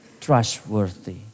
trustworthy